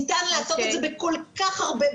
ניתן לעשות את זה בכל כך הרבה,